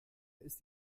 ist